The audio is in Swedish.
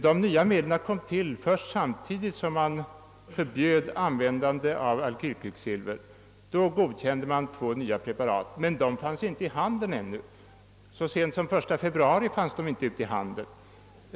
De nya medlen kom till först samtidigt som man förbjöd användandet av alkylkvicksilver. Först då godkände man två nya preparat, men dessa fanns inte i handeln. Till och med så sent som den 1 februari fanns de ännu inte ute i handeln.